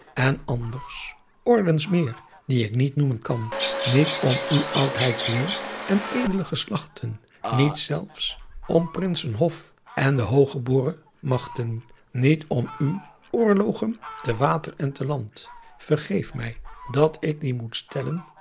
en ander ordens meer die ick niet noemen kan niet om u oudheyds wil en edele geslachten niet selfs om's princenhoff en d hooggebooren maghten niet om u oorloghen te water en te land vergeeft my dat ick die moet stellen